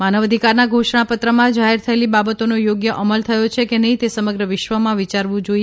માનવ અધિકારના ઘોષણાપત્રમાં જાહેર થયેલી બાબતોનો યોગ્ય અમલ થયો છે કે નહીં તે સમગ્ર વિશ્વમાં વિયારવું જોઇ